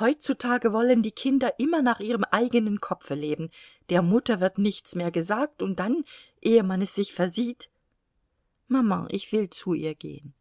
heutzutage wollen die kinder immer nach ihrem eigenen kopfe leben der mutter wird nichts mehr gesagt und dann ehe man es sich versieht maman ich will zu ihr gehen